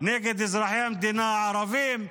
נגד אזרחי המדינה הערבים,